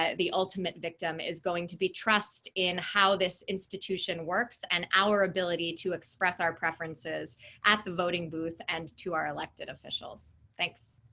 the ultimate victim is going to be trust in how this institution works, and our ability to express our preferences at the voting booth and to our elected officials. thanks.